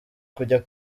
kujya